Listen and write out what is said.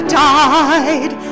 died